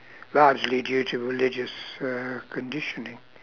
largely due to religious uh conditioning